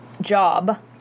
job